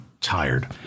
tired